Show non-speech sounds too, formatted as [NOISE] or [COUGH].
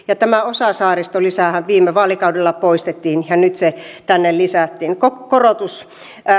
[UNINTELLIGIBLE] ja tämä saaristo osalisähän viime vaalikaudella poistettiin ja nyt se tänne lisättiin korotus